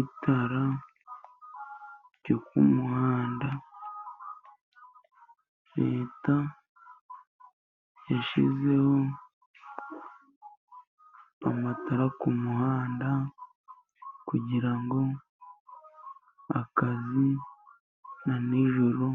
Itara ryo ku muhanda. Leta yashyizeho amatara ku muhanda, kugira ngo akazi na nijoro